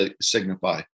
signify